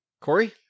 Corey